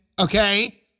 Okay